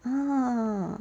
!huh!